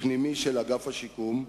פנימי של אגף השיקום,